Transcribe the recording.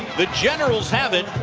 the generals have it.